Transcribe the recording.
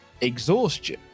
exhaustion